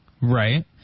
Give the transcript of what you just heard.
Right